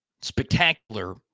Spectacular